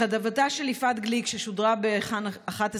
בכתבתה של יפעת גליק ששודרה בכאן 11